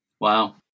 Wow